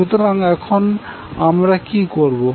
সুতরাং এখন আমরা কি করবো